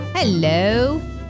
Hello